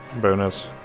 bonus